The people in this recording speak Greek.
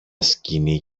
σκοινί